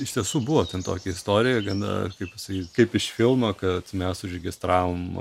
iš tiesų buvo tokia istorija gana ir kaip pasakyt kaip iš filmo kad mes užregistravom